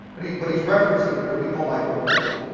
but he's but he's referencing what we call microaggressions.